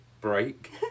break